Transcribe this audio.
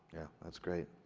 that's great,